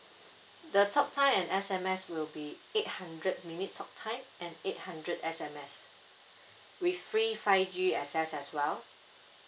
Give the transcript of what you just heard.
the talk time and S_M_S will be eight hundred minute talk time and eight hundred S_M_S with free five G access as well